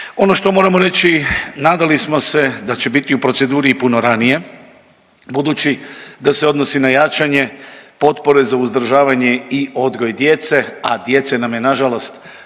Ono što moramo reći, nadali smo se da će biti u proceduri i puno ranije budući da se odnosi na jačanje potpore za uzdržavanje i odgoj djece, a djece nam je nažalost